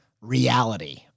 reality